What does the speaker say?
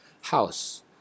house